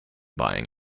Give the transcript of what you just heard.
buying